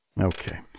Okay